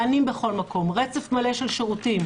מענים בכל מקום, רצף מלא של שירותים,